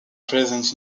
present